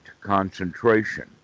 concentration